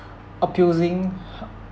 abusing